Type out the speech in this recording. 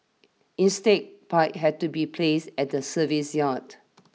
instead pipes had to be placed at the service yard